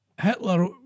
Hitler